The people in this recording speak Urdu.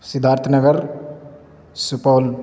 سدھارتھ نگر سپول